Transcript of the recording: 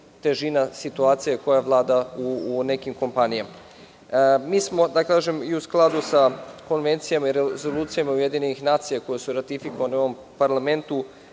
težina situacije koja vlada u nekim kompanijama. Mi smo, da kažem, i u skladu sa konvencijama i rezolucijama UN koje su ratifikovane u ovom parlamentu,